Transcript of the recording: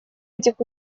этих